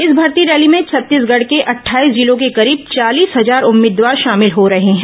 इस भर्ती रैली में छत्तीसगढ़ के अट्ठाईस जिलों के करीब चालीस हजार उम्मीदवार शामिल हो रहे हैं